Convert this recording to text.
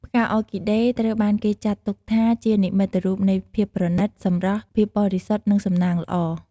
ផ្កាអ័រគីដេត្រូវបានគេចាត់ទុកថាជានិមិត្តរូបនៃ ភាពប្រណីត សម្រស់ ភាពបរិសុទ្ធ និង សំណាងល្អ។